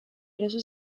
eroso